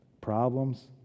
Problems